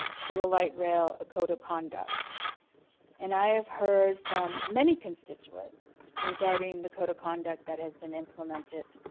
for the light rail a code of conduct and i have heard from many constituents regarding the code of conduct that has been implemented.